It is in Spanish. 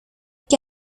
que